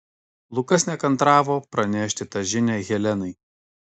lukas nekantravo pranešti tą žinią helenai